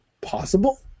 possible